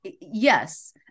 yes